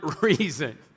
reason